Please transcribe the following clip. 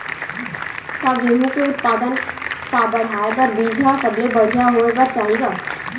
का गेहूँ के उत्पादन का बढ़ाये बर बीज ह सबले बढ़िया होय बर चाही का?